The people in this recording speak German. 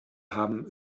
haben